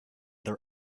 their